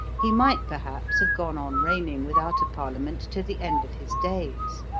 he might, perhaps, have gone on reigning without a parliament to the end of his days.